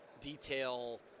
detail